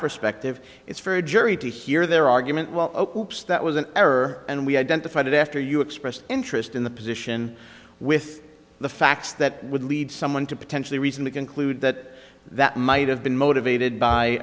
perspective it's for a jury to hear their argument well that was an error and we identified it after you expressed interest in the position with the facts that would lead someone to potentially reason to conclude that that might have been motivated by